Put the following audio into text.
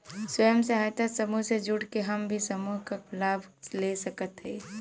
स्वयं सहायता समूह से जुड़ के हम भी समूह क लाभ ले सकत हई?